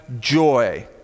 joy